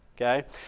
okay